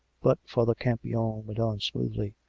but father campion went on smoothly.